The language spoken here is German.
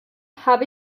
habe